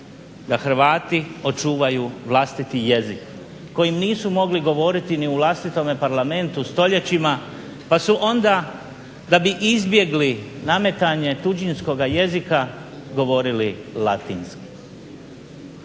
da Hrvati očuvaju vlastiti jezik kojim nisu mogli govoriti ni u vlastitome Parlamentu stoljećima, pa su onda da bi izbjegli nametanje tuđinskoga jezika govorili latinskim.